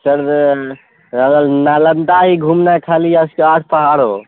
سر نالندہ ہی گھومنا ہے خالی یا اس کے آس پہاڑوں